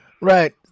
Right